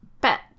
Bet